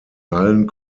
allen